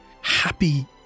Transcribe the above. happy